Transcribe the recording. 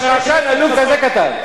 קשקשן עלוב כזה קטן.